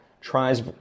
tries